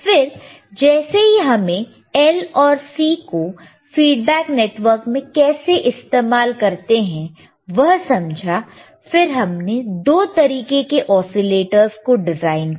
फिर जैसे ही हमें L और C को फीडबैक नेटवर्क में कैसे इस्तेमाल करते हैं वह समझा फिर हमने दो तरीके के ओसीलेटरस को डिजाइन किया